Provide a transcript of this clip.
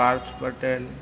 Parth Patel